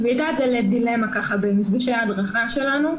והיא העלתה את זה לדילמה במפגשי ההדרכה שלנו.